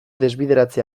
desbideratze